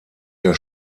der